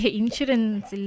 insurance